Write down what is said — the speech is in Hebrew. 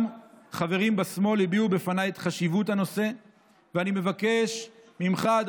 גם חברים בשמאל הביעו בפניי את חשיבות הנושא ואני מבקש ממך,